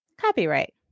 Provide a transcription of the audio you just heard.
copyright